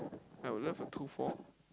I would love a two four